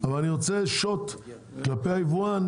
אבל אני רוצה שוט כלפי היבואן,